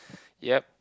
ya